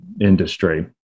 industry